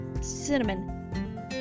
cinnamon